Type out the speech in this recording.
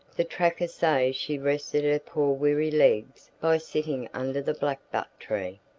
the trackers say she rested her poor weary legs by sitting under the blackbutt tree.